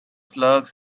slugs